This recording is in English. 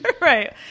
Right